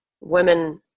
women